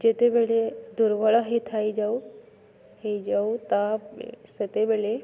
ଯେତେବେଳେ ଦୁର୍ବଳ ହୋଇଥାଇଯାଉ ହେଇଯାଉ ତ ସେତେବେଳେ